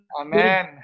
Amen